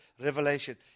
revelation